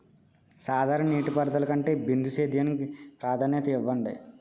సాధారణ నీటిపారుదల కంటే బిందు సేద్యానికి ప్రాధాన్యత ఇవ్వండి